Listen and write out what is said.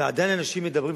ועדיין אנשים מדברים,